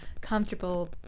comfortable